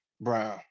Brown